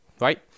Right